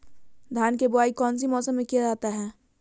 धान के बोआई कौन सी मौसम में किया जाता है?